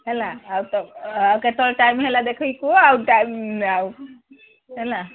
ହେଲା ଆଉ ତ ଆଉ କେତେବେଳେ ଟାଇମ୍ ହେଲା ଦେଖାଇକି କୁୁହ ଆଉ ଟାଇମ୍ ଆଉ ହେଲା